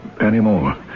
anymore